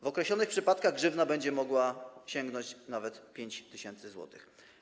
W określonych przypadkach grzywna będzie mogła sięgnąć nawet 5 tys. zł.